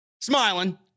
Smiling